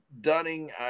Dunning